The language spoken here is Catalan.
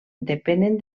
depenen